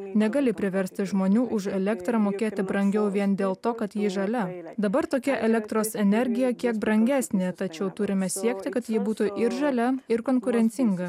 negali priversti žmonių už elektrą mokėti brangiau vien dėl to kad ji žalia dabar tokia elektros energija kiek brangesnė tačiau turime siekti kad ji būtų ir žalia ir konkurencinga